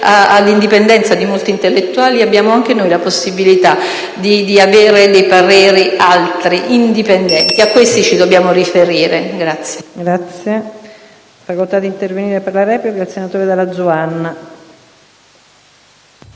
all'indipendenza di molti intellettuali, abbiamo anche noi la possibilità di avere dei pareri altri, indipendenti: a questi ci dobbiamo riferire. [DALLA